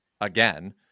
again